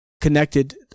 connected